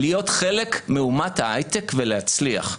להיות חלק מאומת ההיי-טק ולהצליח.